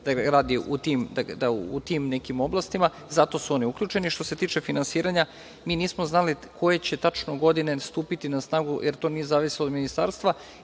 se radi u tim nekim oblastima. Zato su oni uključeni. Što se tiče finansiranja, mi nismo znali koje će tačno godine stupiti na snagu, jer to nije zavisilo od ministarstva.